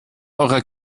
eurer